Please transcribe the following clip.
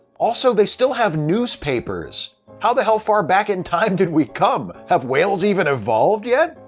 also they still have newspapers! how the hell far back in time did we come! have whales even evolved yet?